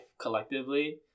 collectively